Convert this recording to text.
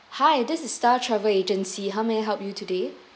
hi this is star travel agency how may I help you today